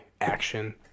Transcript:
action